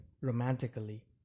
romantically